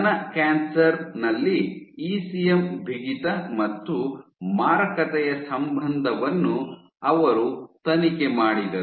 ಸ್ತನ ಕ್ಯಾನ್ಸರ್ ನಲ್ಲಿ ಇಸಿಎಂ ಬಿಗಿತ ಮತ್ತು ಮಾರಕತೆಯ ಸಂಬಂಧವನ್ನು ಅವರು ತನಿಖೆ ಮಾಡಿದರು